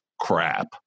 crap